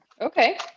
Okay